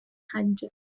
خلیج